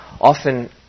often